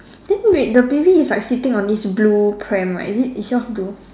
then wait the baby is like sitting on this blue pram right is it is yours blue